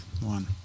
One